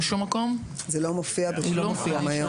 זה לא מופיע היום.